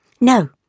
No